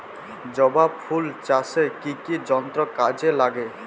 জবা ফুল চাষে কি কি যন্ত্র কাজে লাগে?